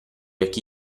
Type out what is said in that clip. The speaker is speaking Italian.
occhi